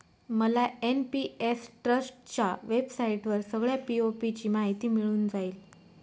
मला एन.पी.एस ट्रस्टच्या वेबसाईटवर सगळ्या पी.ओ.पी ची माहिती मिळून जाईल